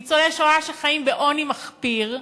יש ניצולי שואה שחיים בעוני מחפיר,